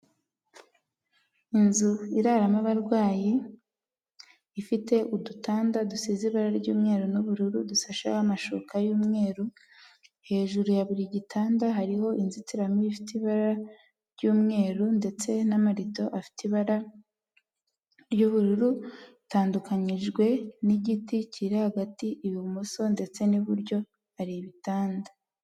Inzu iraramo abarwayi, ifite udutanda dusize iba ry'umweru n'ubururu, dusasheho amashuka y'umweru, hejuru ya buri gitanda hariho inzitiramibu ifite ibara ry'umweru ndetse n'amarido afite ibara ry'ubururu, itandukanyijwe n'igiti kiri hagati, ibumoso ndetse n'iburyo hari ibitanda.